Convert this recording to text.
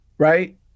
Right